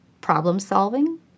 problem-solving